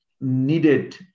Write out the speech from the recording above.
needed